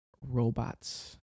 Robots